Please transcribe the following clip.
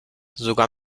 sogar